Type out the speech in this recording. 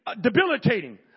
debilitating